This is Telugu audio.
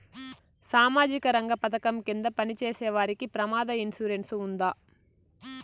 సామాజిక రంగ పథకం కింద పని చేసేవారికి ప్రమాద ఇన్సూరెన్సు ఉందా?